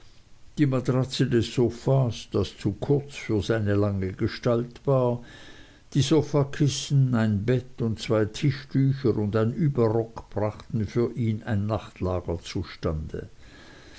die matratze des sofas das zu kurz für seine lange gestalt war die sofakissen ein bett und zwei tischtücher und ein überrock brachten für ihn ein nachtlager zustande